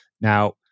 Now